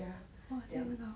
ya then